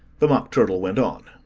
the mock turtle went on.